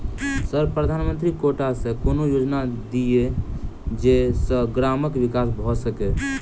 Sir प्रधानमंत्री quota सऽ कोनो योजना दिय जै सऽ ग्रामक विकास भऽ सकै?